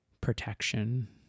protection